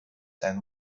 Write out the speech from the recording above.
and